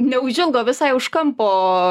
neužilgo visai už kampo